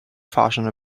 fahrscheine